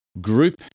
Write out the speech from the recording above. group